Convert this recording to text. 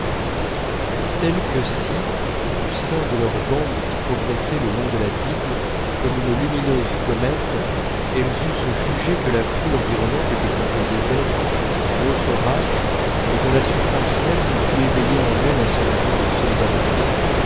telles que si du sein de leur bande qui progressait le long de la digue comme une lumineuse comète elles eussent jugé que la foule environnante était composée des êtres d'une autre race et dont la souffrance même n'eût pu éveiller en elles un sentiment de solidarité